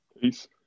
Peace